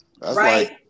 right